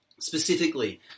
specifically